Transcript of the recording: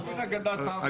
זה אגדת עם.